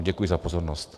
Děkuji za pozornost.